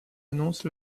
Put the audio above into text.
annonce